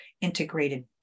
integrated